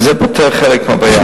זה פותר חלק מהבעיה.